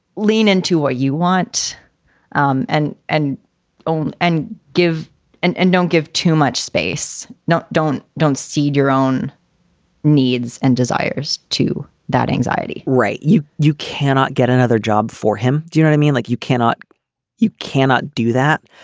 lean into what you want um and and own and give and and don't give too much space. now, don't don't seed your own needs and desires to that anxiety right. you you cannot get another job for him. do you know? i mean, like you cannot you cannot do that.